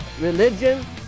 religion